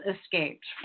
escaped